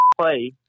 play